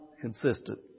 consistent